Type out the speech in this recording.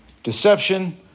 Deception